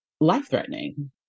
life-threatening